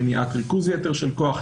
מניעת ריכוז יתר של כוח,